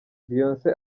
beyonce